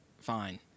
fine